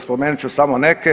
Spomenut ću samo neke.